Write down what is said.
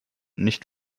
nicht